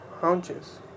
haunches